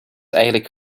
eigenlijk